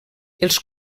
els